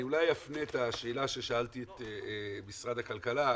אני אולי אפנה אליכם את השאלה ששאלתי את משרד הכלכלה,